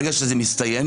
ברגע שזה מסתיים,